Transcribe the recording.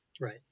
right